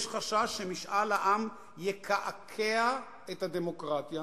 יש חשש שמשאל העם יקעקע את הדמוקרטיה,